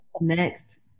Next